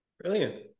brilliant